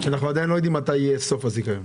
אנחנו עדיין לא יודעים מתי יהיה סוף הזיכיון.